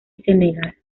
senegal